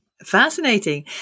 Fascinating